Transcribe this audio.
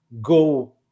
go